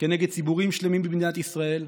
כנגד ציבורים שלמים במדינת ישראל,